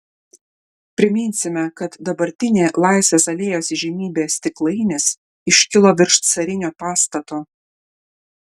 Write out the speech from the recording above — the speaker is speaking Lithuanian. priminsime kad dabartinė laisvės alėjos įžymybė stiklainis iškilo virš carinio pastato